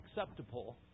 acceptable